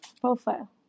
profile